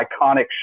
iconic